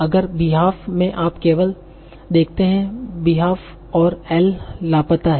मगर बीहाफ में आप केवल देखते हैं b e h a f और l लापता है